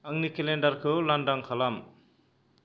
आंनि केलेन्डारखौ लांदां खालाम